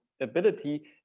ability